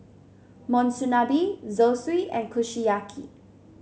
Monsunabe Zosui and Kushiyaki